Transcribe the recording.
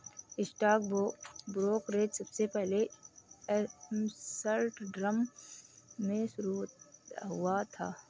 stock brokerage सबसे पहले Amsterdam में शुरू हुआ था